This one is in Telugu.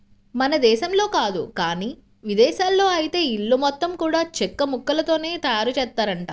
మన దేశంలో కాదు గానీ ఇదేశాల్లో ఐతే ఇల్లు మొత్తం గూడా చెక్కముక్కలతోనే తయారుజేత్తారంట